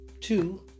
Two